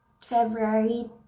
February